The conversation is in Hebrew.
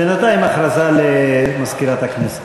בינתיים הודעה למזכירת הכנסת.